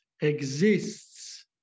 exists